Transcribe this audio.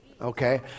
okay